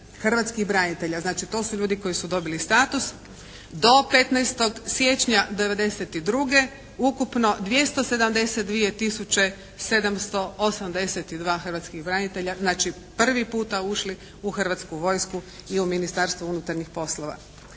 hrvatskih branitelja. Znači to su ljudi koji su dobili status. Do 15. siječnja 1992. ukupno 272 tisuće 782 hrvatskih branitelja znači prvi puta ušli u hrvatsku vojsku i u Ministarstvo unutarnjih poslova.